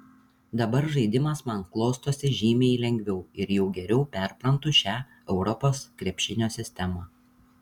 dabar žaidimas man klostosi žymiai lengviau ir jau geriau perprantu šią europos krepšinio sistemą